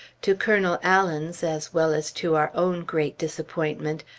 to colonel allen's, as well as to our own great disappointment,